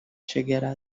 chegará